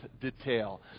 detail